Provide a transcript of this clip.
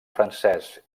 francès